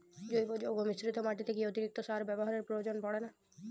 জৈব যৌগ মিশ্রিত মাটিতে কি অতিরিক্ত সার ব্যবহারের প্রয়োজন পড়ে না?